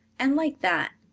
and like that,